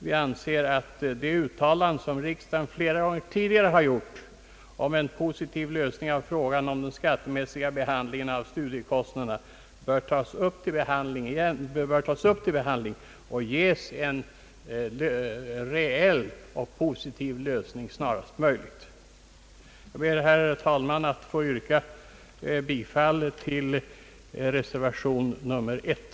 Jag anser att det uttalande som riksdagen flera gånger tidigare har gjort om en positiv lösning av frågan om den skattemässiga behandlingen av studiekostnaderna bör tas upp och ges en reell och positiv lösning snarast möjligt. Jag ber, herr talman, att få yrka bifall till reservationen nr 1.